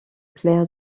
clair